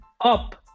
up